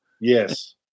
Yes